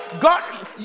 God